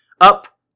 Up